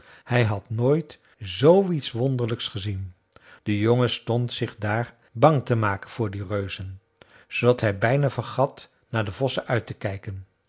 hij had nooit zooiets wonderlijks gezien de jongen stond zich daar bang te maken voor die reuzen zoodat hij bijna vergat naar de vossen uit te kijken